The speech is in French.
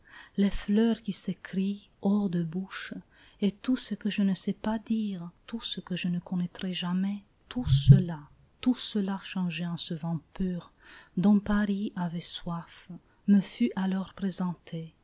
les fleurs qui s'écrient hors de bouches et tout ce que je ne sais pas dire tout ce que je ne connaîtrai jamais tout cela tout cela changé en ce vin pur dont paris avait soif me fut alors présenté